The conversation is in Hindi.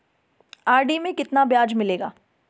आर.डी में कितना ब्याज मिलेगा?